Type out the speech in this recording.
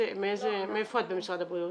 מאיזה אזור את במשרד הבריאות?